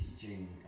teaching